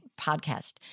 podcast